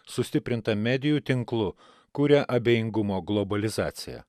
sustiprintą medijų tinklu kuria abejingumo globalizaciją